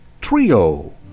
Trio